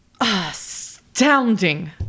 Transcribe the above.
Astounding